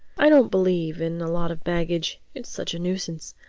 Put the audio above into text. i don't believe in a lot of baggage. it's such a nuisance.